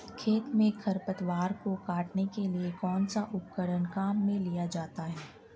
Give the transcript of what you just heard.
खेत में खरपतवार को काटने के लिए कौनसा उपकरण काम में लिया जाता है?